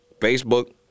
Facebook